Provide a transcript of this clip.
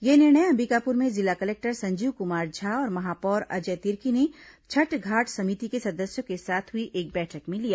यह निर्णय अंबिकापुर में जिला कलेक्टर संजीव कुमार झा और महापौर अजय तिर्की ने छठ घाट समिति के सदस्यों के साथ हुई एक बैठक में लिया